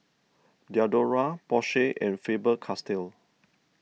Diadora Porsche and Faber Castell